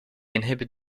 inhibit